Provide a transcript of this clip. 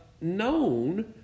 known